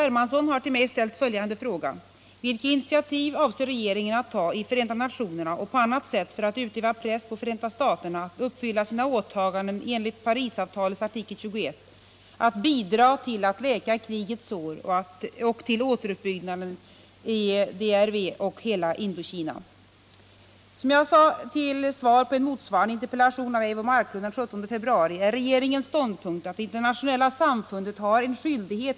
radio att offentliggöras, och på vilket sätt kommer utredningen att ges en bred parlamentarisk förankring? I Vietnam råder ett ytterst svårt försörjningsläge. Orsakerna härtill är flera. En stor del av åkerarealen förstördes till följd av Förenta staternas anfallskrig, och den ekologiska balansen har rubbats genom avlövningen med kemiska medel och andra former för miljökrig.